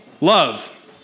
love